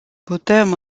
putem